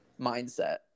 mindset